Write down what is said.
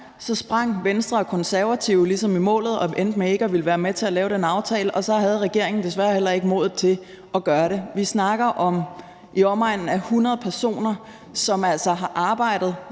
sprang Venstre og Konservative ligesom i målet og endte med ikke at ville være med til at lave den aftale, og så havde regeringen desværre heller ikke modet til at gøre det. Vi snakker om i omegnen af 100 personer, som altså har arbejdet